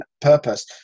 purpose